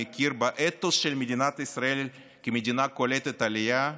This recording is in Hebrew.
מכיר באתוס של מדינת ישראל כמדינה קולטת עלייה,